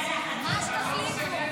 מה שתחליטו.